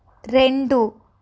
రెండు